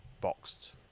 Boxed